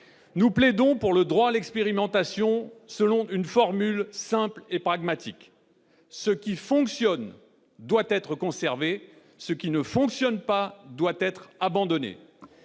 Nous plaidons pour le droit à l'expérimentation selon une formule simple et pragmatique : ce qui fonctionne doit être conservé, ce qui ne fonctionne pas doit être abandonné